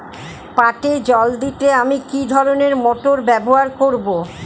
পাটে জল দিতে আমি কি ধরনের মোটর ব্যবহার করব?